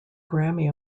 grammy